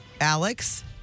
Alex